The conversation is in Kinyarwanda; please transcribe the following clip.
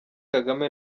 kagame